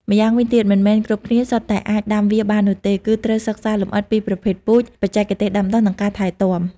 ម្យ៉ាងវិញទៀតមិនមែនគ្រប់គ្នា សុទ្ធតែអាចដាំវាបាននោះទេ គឺត្រូវសិក្សាលម្អិតពីប្រភេទពូជ បច្ចេកទេសដាំដុះ និងការថែទាំ។